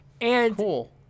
Cool